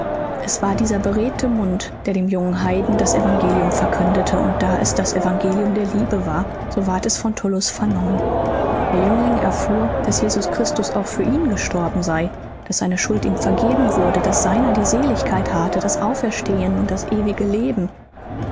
es war dieser beredte mund der dem jungen heiden das evangelium verkündete und da es das evangelium der liebe war so ward es von tullus vernommen der jüngling erfuhr daß jesus christus auch für ihn gestorben sei daß seine schuld ihm vergeben wurde daß seiner die seligkeit harrte das auferstehen und das ewige leben